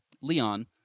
Leon